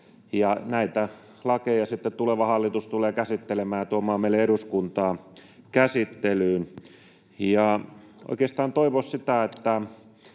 näitä lakeja sitten tuleva hallitus tulee käsittelemään ja tuomaan meille eduskuntaan käsittelyyn. Oikeastaan toivoisi sitä, että